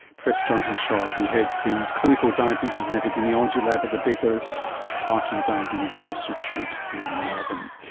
professor jonathan shaw, who heads the clinical diabetes and epidemiology lab at the baker heart and diabetes institute in melbourne.